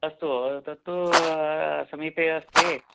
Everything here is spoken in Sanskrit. अस्तु तत्तु समीपे अस्ति